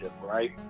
right